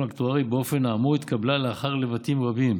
האקטוארי באופן האמור התקבלה לאחר לבטים רבים,